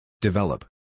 Develop